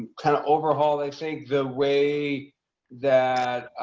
kind of overhaul, i think the way that